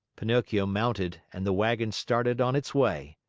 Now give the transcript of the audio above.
pinocchio mounted and the wagon started on its way.